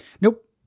Nope